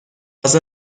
تازه